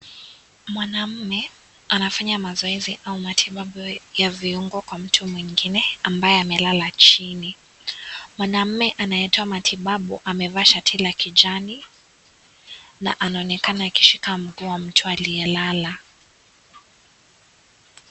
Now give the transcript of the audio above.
Mwanaume anafanya mazoezi au matibabu ya viungo kwa mtu mwingine ambaye amelala chini, mwanaume anayetoa matibabu amevaa shati la kijani na anaonekana akishika mguu mtu aliyelala.